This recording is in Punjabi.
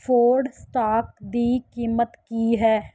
ਫੋਰਡ ਸਟਾਕ ਦੀ ਕੀਮਤ ਕੀ ਹੈ